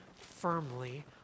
firmly